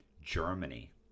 Germany